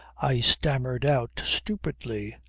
i stammered out stupidly,